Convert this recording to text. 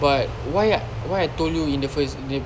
but why why I told you in the first